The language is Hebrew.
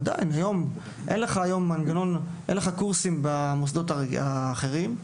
עדיין, היום אין לך קורסים במוסדות האחרים,